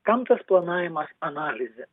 kam tas planavimas analizė